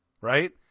Right